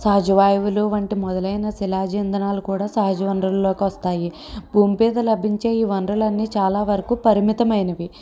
సహజవాయువులు వంటి మొదలైన శిలాజ ఇంధనాలు కూడా సహజ వనరులకు వస్తాయి భూమి మీద లభించే ఈ వనరులన్నీ చాలా వరకు పరిమితమైనవి